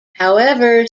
however